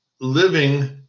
living